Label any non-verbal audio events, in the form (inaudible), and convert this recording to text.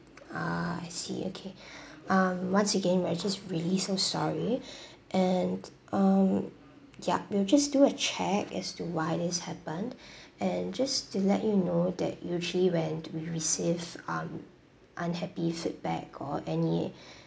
ah I see okay (breath) um once again we are just really so sorry (breath) and um ya we'll just do a check as to why this happened and just to let you know that usually when we receive um unhappy feedback or any (breath)